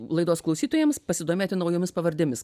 laidos klausytojams pasidomėti naujomis pavardėmis